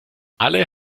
alle